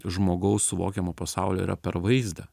žmogaus suvokiamo pasaulio yra per vaizdą